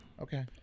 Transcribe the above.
Okay